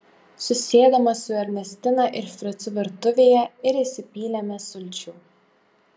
susėdome su ernestina ir fricu virtuvėje ir įsipylėme sulčių